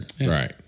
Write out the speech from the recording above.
Right